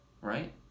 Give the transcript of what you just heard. right